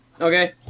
Okay